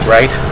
Right